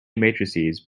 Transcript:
matrices